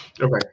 Okay